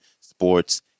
sports